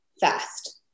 fast